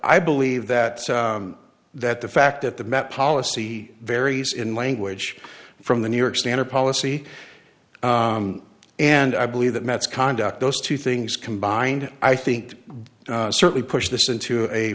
i believe that that the fact that the met policy varies in language from the new york standard policy and i believe that mets conduct those two things combined i think certainly push this into a